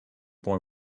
boy